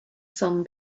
sun